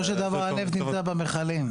בסופו של דבר הנפט נמצא במכלים,